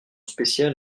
spéciale